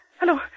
hello